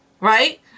right